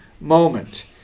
moment